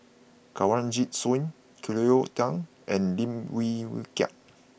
Kanwaljit Soin Cleo Thang and Lim Wee Kiak